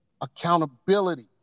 accountability